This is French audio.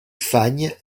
fagnes